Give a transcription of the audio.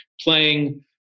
playing